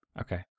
Okay